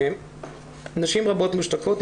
נשים רבות מושתקות,